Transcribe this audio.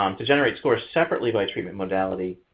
um to generate scores separately by treatment modality,